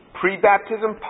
pre-baptism